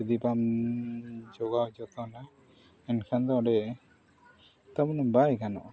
ᱡᱩᱫᱤ ᱵᱟᱢ ᱡᱳᱜᱟᱣ ᱡᱚᱛᱚᱱᱟ ᱮᱱᱠᱷᱟᱱ ᱫᱚ ᱚᱸᱰᱮ ᱛᱟᱵᱚᱱ ᱵᱟᱭ ᱜᱟᱱᱚᱜᱼᱟ